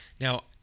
Now